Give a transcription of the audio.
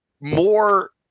more